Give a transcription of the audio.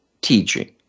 teaching